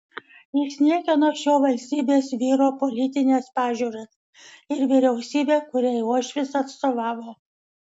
jis niekino šio valstybės vyro politines pažiūras ir vyriausybę kuriai uošvis atstovavo